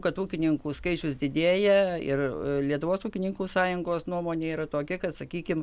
kad ūkininkų skaičius didėja ir lietuvos ūkininkų sąjungos nuomonė yra tokia kad sakykim